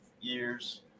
years